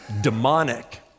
demonic